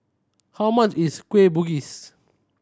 how much is Kueh Bugis